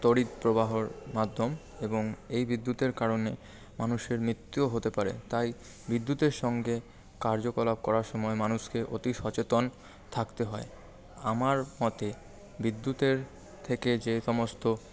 তড়িৎ প্রবাহর মাধ্যম এবং এই বিদ্যুতের কারণে মানুষের মৃত্যুও হতে পারে তাই বিদ্যুতের সঙ্গে কার্যকলাপ করার সময় মানুষকে অতি সচেতন থাকতে হয় আমার মতে বিদ্যুতের থেকে যে সমস্ত